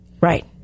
Right